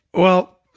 well,